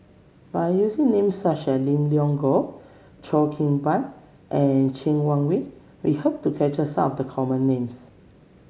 by using names such as Lim Leong Geok Cheo Kim Ban and Cheng Wai Keung we hope to capture some of the common names